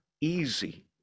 easy